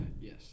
Yes